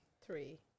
three